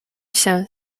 się